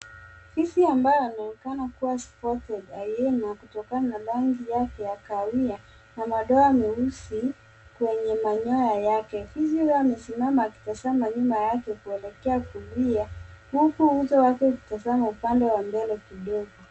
Fisi ambaye anaonekana kuwa spotted hyena kutokana na rangi yake ya kahawia na madoa meusi kwenye manyoya yake. Fisi huyu amesimama akitazama nyuma yake kuelekea kulia huku uso wake ukitazama upande wa mbele kidogo.